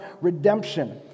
redemption